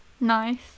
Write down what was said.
Nice